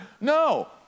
No